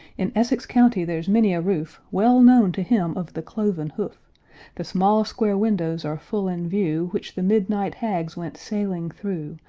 in essex county there's many a roof well known to him of the cloven hoof the small square windows are full in view which the midnight hags went sailing through,